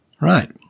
right